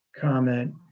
comment